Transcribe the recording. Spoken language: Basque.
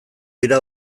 dira